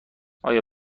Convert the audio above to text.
آیا